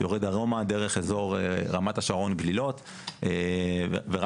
יורד דרומה דרך אזור רמת השרון גלילות ויורד